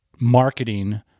marketing